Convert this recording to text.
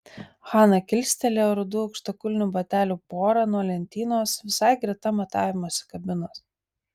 hana kilstelėjo rudų aukštakulnių batelių porą nuo lentynos visai greta matavimosi kabinos